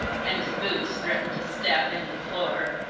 and his boots threatened to stave in the floor.